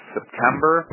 September